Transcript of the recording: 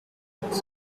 meals